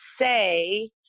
say